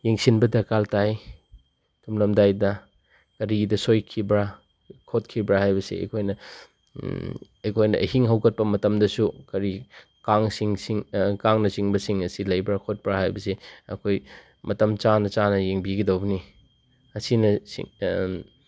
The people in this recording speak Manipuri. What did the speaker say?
ꯌꯦꯡꯁꯤꯟꯕ ꯗꯔꯀꯥꯔ ꯇꯥꯏ ꯇꯨꯝꯂꯝꯗꯥꯏꯗ ꯀꯔꯤꯗ ꯁꯣꯏꯈꯤꯕ꯭ꯔꯥ ꯈꯣꯠꯈꯤꯕ꯭ꯔꯥ ꯍꯥꯏꯕꯁꯤ ꯑꯩꯈꯣꯏꯅ ꯑꯩꯈꯣꯏꯅ ꯑꯍꯤꯡ ꯍꯧꯒꯠꯄ ꯃꯇꯝꯗꯁꯨ ꯀꯔꯤ ꯀꯥꯡꯁꯤꯡ ꯁꯤꯡ ꯀꯥꯡꯅꯆꯤꯡꯕꯁꯤꯡ ꯑꯁꯤ ꯂꯩꯕ꯭ꯔꯥ ꯈꯣꯠꯄ꯭ꯔꯥ ꯍꯥꯏꯕꯁꯤ ꯑꯩꯈꯣꯏ ꯃꯇꯝ ꯆꯥꯅ ꯆꯥꯅ ꯌꯦꯡꯕꯤꯒꯗꯕꯅꯤ ꯑꯁꯤꯅ